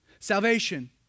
Salvation